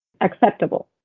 acceptable